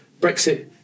Brexit